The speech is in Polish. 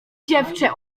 dziewczę